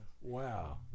wow